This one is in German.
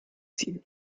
ziehen